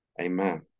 Amen